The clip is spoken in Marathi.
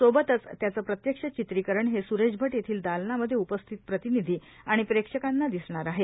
सोबतच त्याचे प्रत्यक्ष चित्रिकरण हे सुरेश भट येथील दालवामधे उपस्थित प्रतिविधी आणि प्रेक्षकांना दिसणार आहे